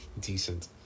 decent